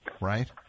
Right